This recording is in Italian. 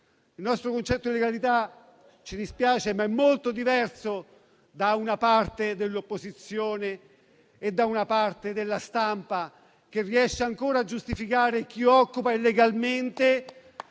Il nostro concetto di legalità, ci dispiace, ma è molto diverso da quello di una parte dell'opposizione e della stampa, che riesce ancora a giustificare chi occupa illegalmente